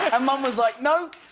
and mum was like, no.